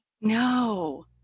No